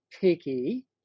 picky